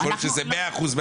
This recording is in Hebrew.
יכול להיות שזה 100% מהנרשמים.